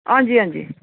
हां जी हां जी